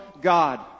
God